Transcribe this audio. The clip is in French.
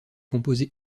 composé